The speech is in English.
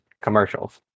commercials